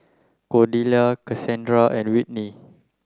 Cordelia Casandra and Whitney